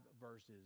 verses